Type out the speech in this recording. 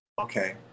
Okay